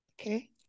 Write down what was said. Okay